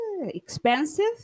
expensive